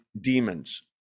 demons